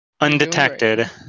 undetected